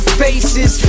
faces